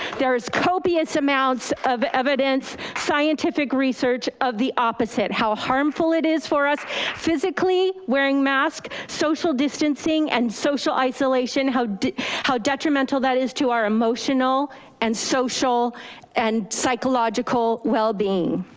there is copious amounts of evidence scientific research of the opposite, how harmful it is for us physically wearing mask, social distancing and social isolation. how how detrimental that is to our emotional and social and psychological wellbeing.